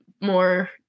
more